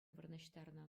вырнаҫтарнӑ